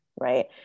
right